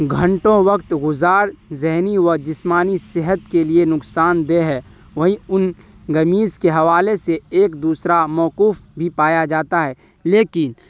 گھنٹوں وقت گزار ذہنی و جسمانی صحت کے لیے نقصان دہ ہے وہیں ان گمیس کے حوالے سے ایک دوسرا موقوف بھی پایا جاتا ہے لیکن